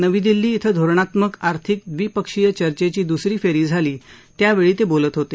नवी दिल्ली इथं धोरणात्मक आर्थिक द्विपक्षीय चर्चेची दूसरी फेरी झाली त्यावेळी ते बोलत होते